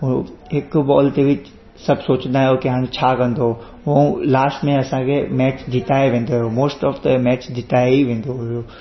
उहे हिक बॉल ते बि सभु सोचंदा हुआ की हाणे छा कंदो ऐं लास्ट में असांखे मैच जिताए वेंदो हुओ मोस्ट ऑफ त मैच जिताए ई वेंदो हुओ